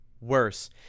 Worse